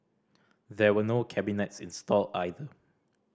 there were no cabinets installed either